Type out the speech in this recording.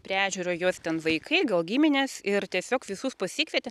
prie ežero jos ten vaikai gal giminės ir tiesiog visus pasikvietė